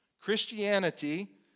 Christianity